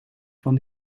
van